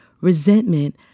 resentment